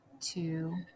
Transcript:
two